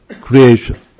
creation